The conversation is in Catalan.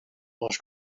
les